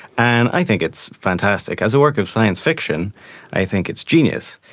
and i think it's fantastic. as a work of science fiction i think it's genius.